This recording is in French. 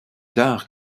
tard